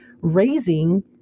raising